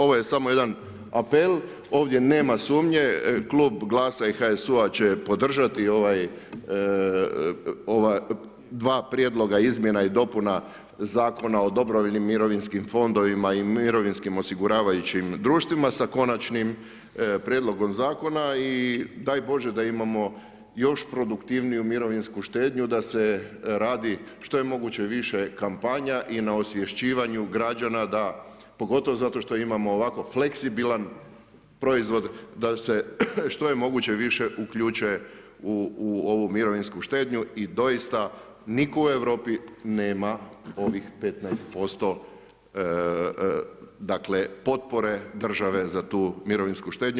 Ovo je samo jedan apel ovdje nema sumnje, klub GLAS-a i HSU-a će podržati ova dva prijedloga izmjena i dopuna Zakona o dobrovoljnim mirovinskim fondovima i mirovinskim osiguravajućim društvima, s Konačnim prijedlogom zakona i daj Bože da imamo još produktivniju mirovinsku štednju da se radi što je moguće više kampanja i na osvješćivanju građana da, pogotovo zato što imamo ovako fleksibilan proizvod, da se što je moguće više uključe u ovu mirovinsku štednju i doista niko u Europi nema ovih 15% potpore države za tu mirovinsku štednju.